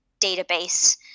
database